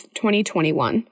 2021